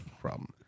Problem